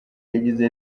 yagize